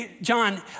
John